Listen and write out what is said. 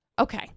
Okay